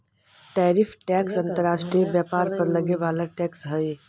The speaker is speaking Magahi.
टैरिफ टैक्स अंतर्राष्ट्रीय व्यापार पर लगे वाला टैक्स हई